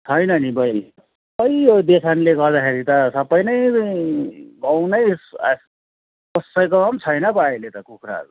छैन नि बैनी खै यो देसानले गर्दाखेरि त सबै नै गाउँ नै कसैकोमा पनि छैन पो अहिले त कुखुराहरू त